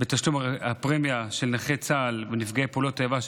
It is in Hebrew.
בתשלום הפרמיה של נכי צה"ל ונפגעי פעולות איבה,